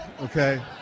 okay